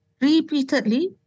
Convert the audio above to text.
repeatedly